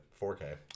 4K